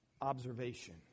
observation